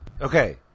Okay